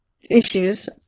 issues